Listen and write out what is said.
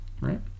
right